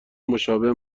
مشابه